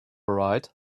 right